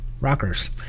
rockers